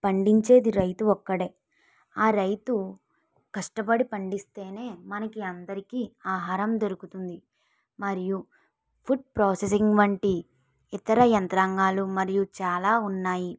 పండించేది రైతు ఒక్కడు ఆ రైతు కష్టపడి పండిస్తే మనకి అందరికీ ఆహారం దొరుకుతుంది మరియు ఫుడ్ ప్రాసెసింగ్ వంటి ఇతర యంత్రాంగాలు మరియు చాలా ఉన్నాయి